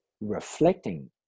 reflecting